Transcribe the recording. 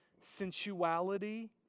sensuality